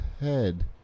head